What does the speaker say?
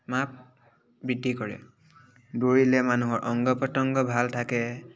মাপ বৃত্তি কৰে দৌৰিলে মানুহৰ অংগ প্ৰতংগ ভাল থাকে